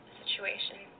situation